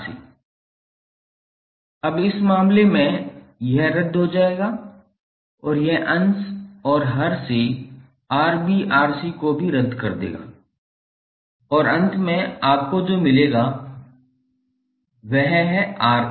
𝑅1𝑅𝑏𝑅𝑐𝑅𝑎𝑅𝑏𝑅𝑐 अब इस मामले में यह रद्द हो जाएगा और यह अंश और हर से Rb Rc को भी रद्द कर देगा और अंत में आपको जो मिलेगा वह है Ra